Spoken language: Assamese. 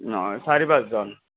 অঁ চাৰি পাঁচজন